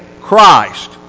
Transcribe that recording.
Christ